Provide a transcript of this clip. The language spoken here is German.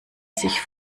sich